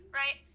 right